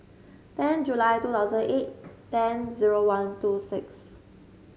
ten July two thousand eight ten zero one two six